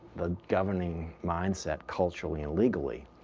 the governing mind-set, culturally and legally,